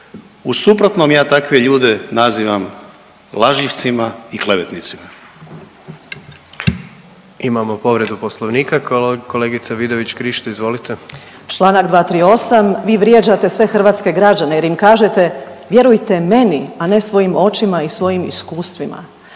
U suprotnom ja takve ljude nazivam lažljivcima i klevetnicima.